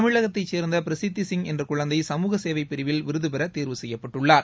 தமிழகத்தைச்சேர்ந்த பிரசித்தி சிங் என்ற குழந்தை சமூகசேவைப் பிரிவில் விருது பெற தேர்வு செய்யப்பட்டுள்ளார்